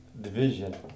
division